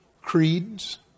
creeds